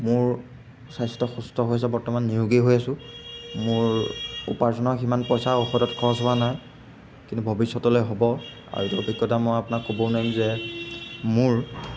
মোৰ স্বাস্থ্য সুস্থ হৈছে বৰ্তমান নিয়োগী হৈ আছো মোৰ উপাৰ্জনৰ সিমান পইচা ঔষধত খৰচ হোৱা নাই কিন্তু ভৱিষ্যতলৈ হ'ব আৰু এইটো অভিজ্ঞতা মই আপোনাক ক'বও নোৱাৰিম যে মোৰ